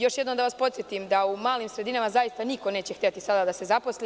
Još jednom bih vas podsetila da u malim sredinama zaista niko neće hteti da se zaposli.